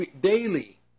daily